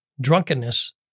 drunkenness